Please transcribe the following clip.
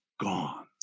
gone